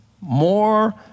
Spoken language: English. more